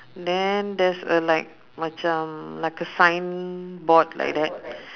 then there's a like macam like a signboard like that